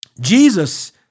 Jesus